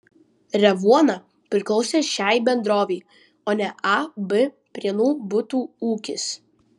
revuona priklausė šiai bendrovei o ne ab prienų butų ūkis